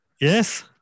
Yes